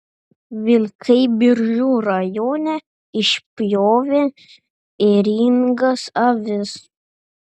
vilkai biržų rajone išpjovė ėringas avis